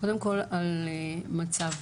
קודם כל על מצב